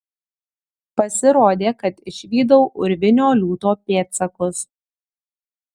pasirodė kad išvydau urvinio liūto pėdsakus